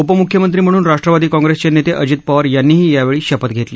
उपम्ख्यमंत्री म्हणून राष्ट्रवादी काँग्रेसचे नेते अजित पवार यांनीही यावेळी शपथ घेतली